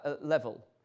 level